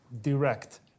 direct